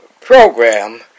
program